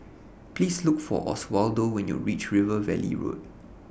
Please Look For Oswaldo when YOU REACH River Valley Road